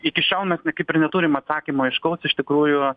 iki šiol mes kaip ir neturim atsakymo aiškaus iš tikrųjų